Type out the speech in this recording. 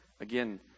Again